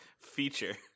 feature